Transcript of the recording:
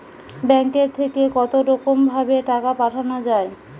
ব্যাঙ্কের থেকে কতরকম ভাবে টাকা পাঠানো য়ায়?